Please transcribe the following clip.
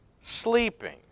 sleeping